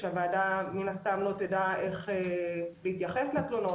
שהוועדה מן הסתם לא תדע איך להתייחס לתלונות,